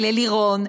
ללירון,